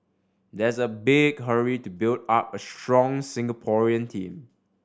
there's a big hurry to build up a strong Singaporean team